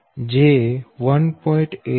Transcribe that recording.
46 j 1